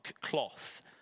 cloth